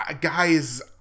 guys